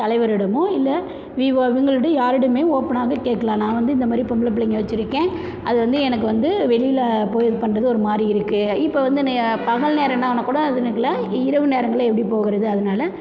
தலைவரிடமோ இல்லை விஓ இவங்கள்டையும் யாரிடமே ஓப்பனாக கேட்கலாம் நான் வந்து இந்த மாதிரி பொம்பளை பிள்ளைங்க வச்சிருக்கேன் அது வந்து எனக்கு வந்து வெளியில போய் இது பண்ணுறது ஒரு மாதிரி இருக்குது இப்போ வந்து நீ பகல் நேரனான கூட அது நினைக்கலை இ இரவு நேரங்கள்ல எப்படி போகிறது அதனால